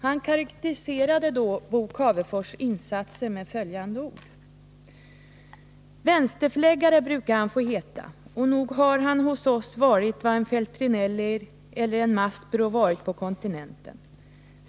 Han karakteriserade då Bo Cavefors insatser med följande ord: ”Vänsterförläggare brukar han få heta, och nog har han hos oss varit vad en Feltrinelli eller en Maspero varit på kontinenten.